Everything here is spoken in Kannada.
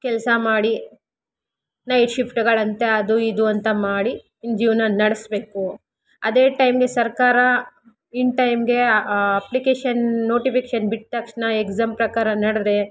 ಕೆಲಸ ಮಾಡಿ ನೈಟ್ ಶಿಫ್ಟ್ಗಳಂತ ಅದು ಇದು ಅಂತ ಮಾಡಿ ಇನ್ನು ಜೀವ್ನಾನ ನಡೆಸ್ಬೇಕು ಅದೇ ಟೈಮ್ಗೆ ಸರ್ಕಾರ ಇನ್ ಟೈಮ್ಗೆ ಅಪ್ಲಿಕೇಶನ್ ನೋಟಿಫಿಕೇಶನ್ ಬಿಟ್ಟ ತಕ್ಷಣ ಎಕ್ಸಾಮ್ ಪ್ರಕಾರ ನಡೆದ್ರೆ